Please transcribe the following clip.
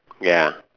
ya